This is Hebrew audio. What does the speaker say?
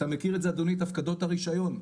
אדוני, אתה מכיר את הפקדות הרישיון.